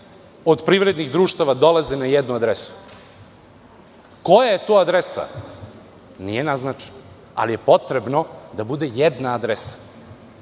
od privrednih društava dolaze na jednu adresu. Koja je to adresa? Nije naznačeno, ali je potrebno da bude jedna adresa,